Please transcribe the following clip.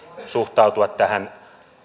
suhtautua tähän